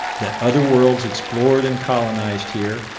that other worlds explored and colonized here,